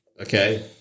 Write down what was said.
okay